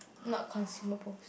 not consumables